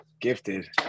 gifted